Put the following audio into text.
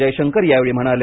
जयशंकर यावेळी म्हणाले